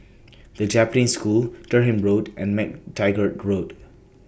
The Japanese School Durham Road and MacTaggart Road